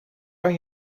kan